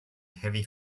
heavy